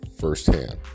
firsthand